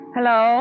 Hello